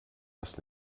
das